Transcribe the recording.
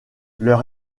leur